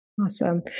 Awesome